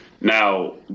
Now